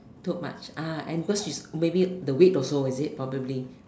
took much ah and because his maybe the weight also is it probably